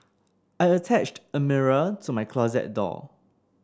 I attached a mirror to my closet door